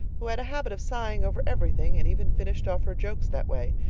who had a habit of sighing over everything and even finished off her jokes that way.